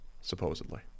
Supposedly